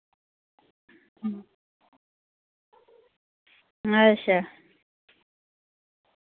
अच्छा